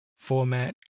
format